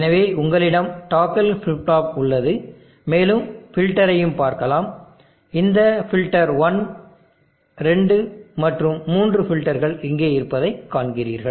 எனவே உங்களிடம் டாக்கில் ஃபிளிப் ஃப்ளாப் உள்ளது மேலும் ஃபில்டரையும் பார்க்கலாம் இந்த ஃபில்டர் 1 2 மற்றும் 3 ஃபில்டர்கள் இங்கே இருப்பதைக் காண்கிறீர்கள்